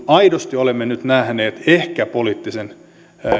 aidosti olemme nyt nähneet ehkä poliittisen